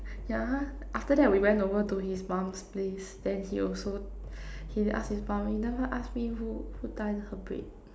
ya after that we went over to his mom's place then he also he ask his mom you never ask me who who tie her braid